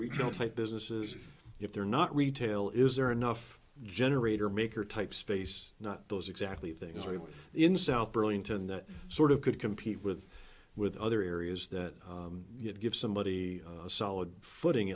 regional type businesses if they're not retail is there enough generator maker type space not those exactly things we want in south burlington that sort of could compete with with other areas that give somebody a solid footing